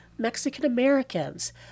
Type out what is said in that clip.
Mexican-Americans